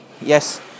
yes